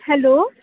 hello